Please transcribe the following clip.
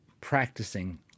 practicing